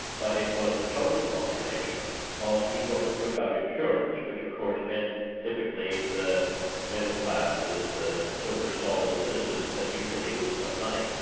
but it was a total population of people who took out insurance, which of course meant typically the middle classes, the sober solid citizens, and usually with some money.